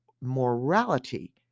morality